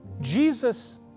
jesus